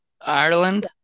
Ireland